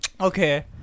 Okay